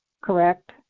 correct